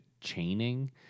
chaining